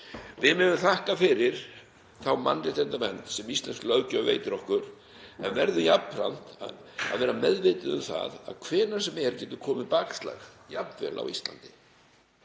Við megum þakka fyrir þá mannréttindavernd sem íslensk löggjöf veitir okkur en við verðum jafnframt að vera meðvituð um að hvenær sem er getur komið bakslag, jafnvel á Íslandi.